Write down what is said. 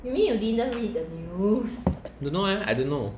don't know leh I don't know